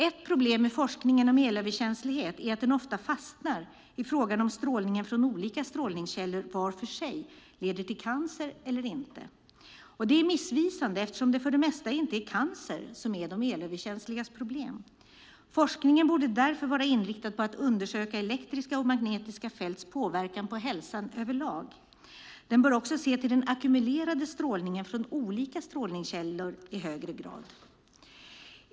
Ett problem med forskningen om elöverkänslighet är att den ofta fastnar i frågan om strålningen från olika strålningskällor var för sig leder till cancer eller inte. Det är missvisande eftersom det för det mesta inte är cancer som är de elöverkänsligas problem. Forskningen borde därför vara inriktad på att undersöka elektriska och magnetiska fälts påverkan på hälsan överlag. Den bör också i högre grad se till den ackumulerade strålningen från olika strålningskällor.